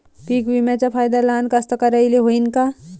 पीक विम्याचा फायदा लहान कास्तकाराइले होईन का?